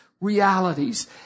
realities